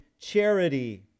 charity